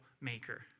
maker